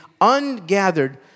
ungathered